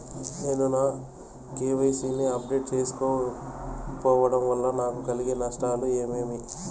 నేను నా కె.వై.సి ని అప్డేట్ సేయకపోవడం వల్ల నాకు కలిగే నష్టాలు ఏమేమీ?